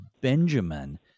Benjamin